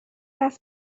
است